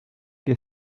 que